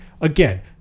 Again